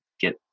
get